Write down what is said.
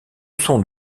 sont